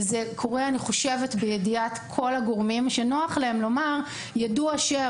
ואני חושבת שזה קורה בידיעת כל הגורמים שנוח להם לומר: ידוע ש-,